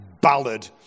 ballad